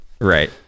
Right